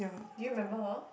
do you remember her